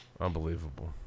Unbelievable